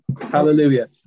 hallelujah